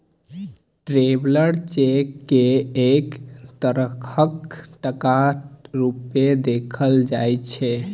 traveller cheque केँ एक तरहक टका रुपेँ देखल जाइ छै